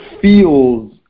feels